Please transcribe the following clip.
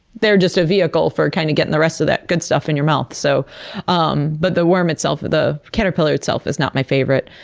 they're just a vehicle for kind of getting the rest of that good stuff in your mouth. so um but the worm itself, the caterpillar itself, is not my favorite.